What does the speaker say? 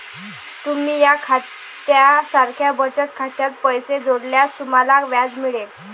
तुम्ही या खात्या सारख्या बचत खात्यात पैसे जोडल्यास तुम्हाला व्याज मिळेल